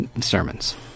sermons